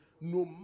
no